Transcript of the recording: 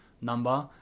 number